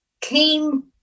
came